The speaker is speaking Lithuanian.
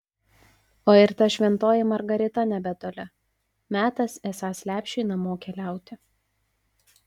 o ir ta šventoji margarita nebetoli metas esąs lepšiui namo keliauti